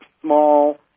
small